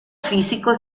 físico